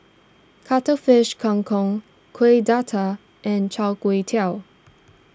Cuttlefish Kang Kong Kuih Dadar and Chai Kuay Tow